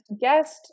guest